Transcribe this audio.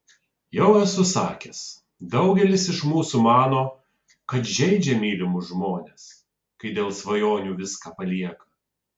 jau esu sakęs daugelis iš mūsų mano kad žeidžia mylimus žmones kai dėl svajonių viską palieka